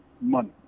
money